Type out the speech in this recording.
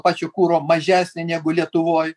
pačio kuro mažesnė negu lietuvoj